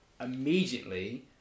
immediately